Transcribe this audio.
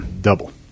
Double